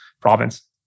province